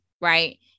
right